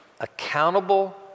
Accountable